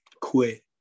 quit